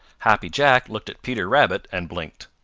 happy jack looked at peter rabbit and blinked.